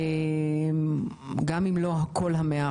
גם אם לא כולם.